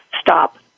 stop